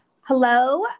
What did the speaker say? hello